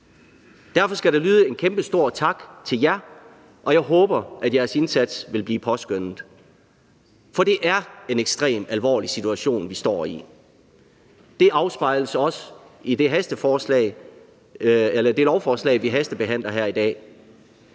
Derfor skal der lyde en kæmpestor tak til jer, og jeg håber, at jeres indsats vil blive påskønnet. For det er en ekstremt alvorlig situation, vi står i. Det afspejles også i det lovforslag, vi førstebehandler her i dag.